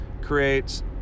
creates